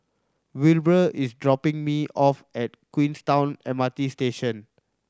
Wilbur is dropping me off at Queenstown M R T Station